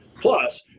Plus